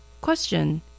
Question